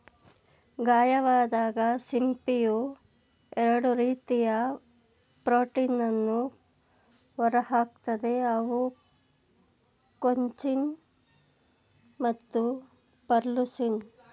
ಗಾಯವಾದಾಗ ಸಿಂಪಿಯು ಎರಡು ರೀತಿಯ ಪ್ರೋಟೀನನ್ನು ಹೊರಹಾಕ್ತದೆ ಅವು ಕೊಂಚಿನ್ ಮತ್ತು ಪೆರ್ಲುಸಿನ್